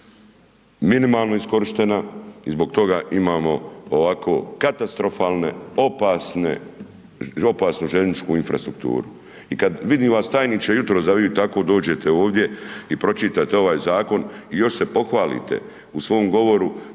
minimalno iskorištena i zbog toga imamo ovako katastrofalne, opasne, opasnu željezničku infrastrukturu. I kad vidim vas tajniče jutros da vi tako dođete ovdje i pročitate ovaj zakon i još se pohvalite u svom govoru